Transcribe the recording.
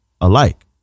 alike